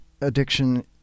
addiction